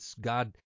God